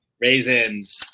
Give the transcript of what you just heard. Raisins